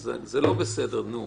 אז זה לא "בסדר, נו".